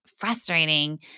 frustrating